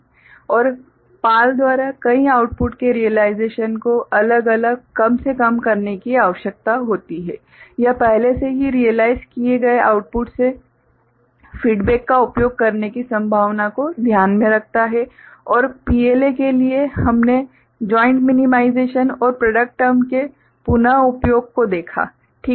और PAL द्वारा कई आउटपुट के रियलाइजेशन को अलग अलग कम से कम करने की आवश्यकता होती है यह पहले से ही रियलाइज किए गए आउटपुट से फीडबेक का उपयोग करने की संभावना को ध्यान में रखता है और PLA के लिए हमने जाइंट मिनिमाइजेशन और प्रॉडक्ट टर्म के पुन उपयोग को देखा ठीक है